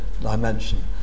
dimension